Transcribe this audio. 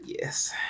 Yes